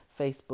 Facebook